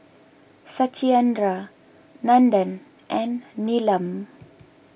Satyendra Nandan and Neelam